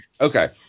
Okay